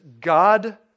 God